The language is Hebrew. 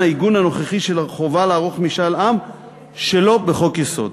העיגון הנוכחי של החובה לערוך משאל עם שלא בחוק-יסוד.